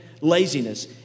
Laziness